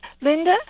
Linda